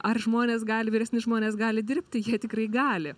ar žmonės gali vyresni žmonės gali dirbti jie tikrai gali